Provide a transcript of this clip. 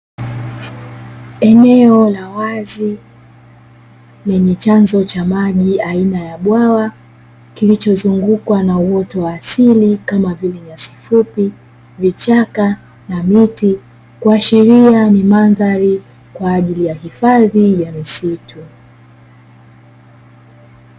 Eneo la wazi lenye chanzo cha maji aina ya bwawa, kilichozungukwa na uoto wa asili Kama vile; nyasi fupi, vichaka na miti kuashiria ni mandhari ya kwa ajili ya hifadhi ya misitu.